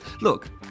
Look